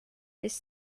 this